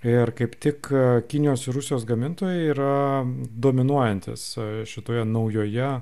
ir kaip tik kinijos ir rusijos gamintojai yra dominuojantys šitoje naujoje